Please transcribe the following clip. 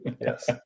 yes